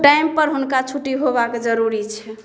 time पर हुनका छुट्टी होबाके जरूरी छै